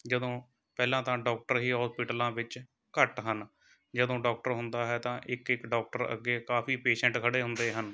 ਜਦੋਂ ਪਹਿਲਾਂ ਤਾਂ ਡੋਕਟਰ ਹੀ ਹੋਸਪੀਟਲਾਂ ਵਿੱਚ ਘੱਟ ਹਨ ਜਦੋਂ ਡੋਕਟਰ ਹੁੰਦਾ ਹੈ ਤਾਂ ਇੱਕ ਇੱਕ ਡੋਕਟਰ ਅੱਗੇ ਕਾਫ਼ੀ ਪੇਸ਼ੈਂਟ ਖੜ੍ਹੇ ਹੁੰਦੇ ਹਨ